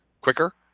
quicker